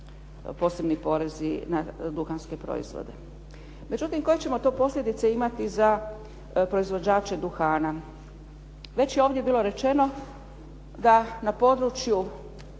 posebni porezi na duhanske proizvode. Međutim, koje ćemo tu posljedice imati za proizvođače duhana? Već je ovdje bilo rečeno da na području